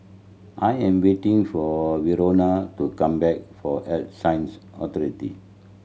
I am waiting for Verona to come back for Health Sciences Authority